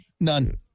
None